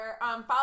Follow